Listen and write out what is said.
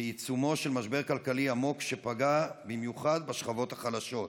בעיצומו של משבר כלכלי עמוק שפגע במיוחד בשכבות החלשות.